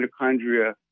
mitochondria